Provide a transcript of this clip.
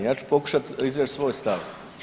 Ja ću pokušati izreć svoj stav.